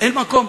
אין מקום?